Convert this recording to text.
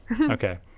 Okay